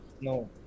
no